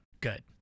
Good